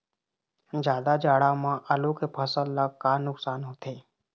जादा जाड़ा म आलू के फसल ला का नुकसान होथे?